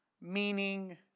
meaning